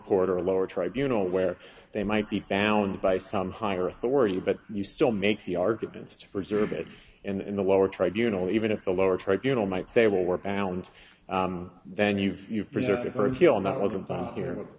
court or lower tribunals where they might be bound by some higher authority but you still make the arguments to preserve it and in the lower tribunals even if the lower tribunals might say well we're bound then you've you've